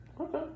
Okay